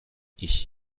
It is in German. ich